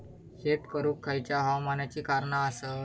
शेत करुक खयच्या हवामानाची कारणा आसत?